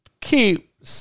keep